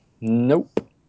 Nope